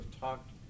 talked